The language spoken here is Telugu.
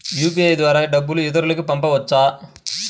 యూ.పీ.ఐ ద్వారా డబ్బు ఇతరులకు పంపవచ్చ?